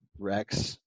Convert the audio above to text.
rex